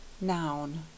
Noun